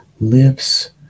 lives